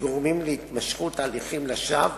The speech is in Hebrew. שגורמים להתמשכות הליכים לשווא,